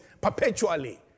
perpetually